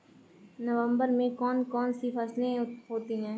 नवंबर में कौन कौन सी फसलें होती हैं?